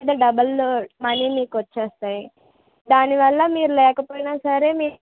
double money మీకు వచ్చేస్తాయి దానివల్ల మీరు లేకపోయినా సరే మీ